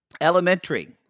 Elementary